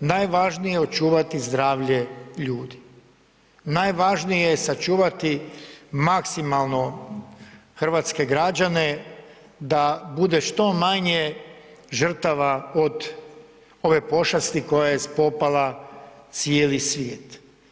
najvažnije je očuvati zdravlje ljudi, najvažnije je sačuvat maksimalno hrvatske građane da bude što manje žrtava od ove pošasti koja je spopala cijeli svijet.